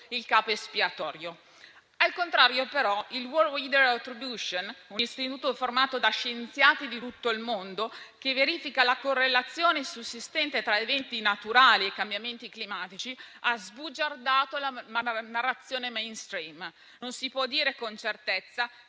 il capo espiatorio. Al contrario, però, il World weather attribution, un istituto formato da scienziati di tutto il mondo che verifica la correlazione sussistente tra eventi naturali e cambiamenti climatici ha sbugiardato la narrazione *mainstream*. Non si può dire con certezza